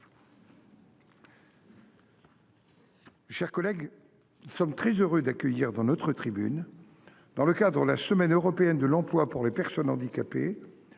chers collègues, nous sommes très heureux d’accueillir dans notre tribune d’honneur, dans le cadre de la semaine européenne de l’emploi pour les personnes handicapées,